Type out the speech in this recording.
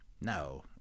No